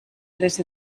tres